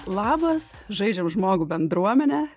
labas žaidžiam žmogų bendruomene